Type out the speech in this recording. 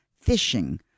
fishing